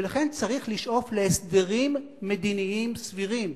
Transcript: ולכן צריך לשאוף להסדרים מדיניים סבירים.